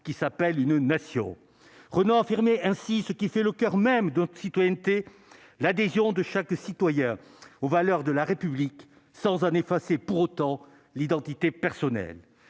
qui s'appelle une nation Renault affirmé ainsi ce qui fait le coeur même d'autres citoyenneté l'adhésion de chaque citoyen aux valeurs de la République sans un effacer pour autant l'identité personnelle